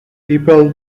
people